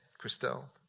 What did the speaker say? Christelle